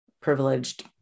privileged